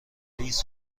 لیز